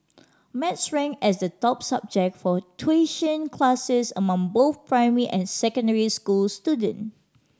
maths ranked as the top subject for tuition classes among both primary and secondary school student